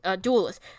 duelist